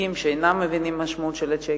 לוותיקים שאינם מבינים את המשמעות של צ'קים.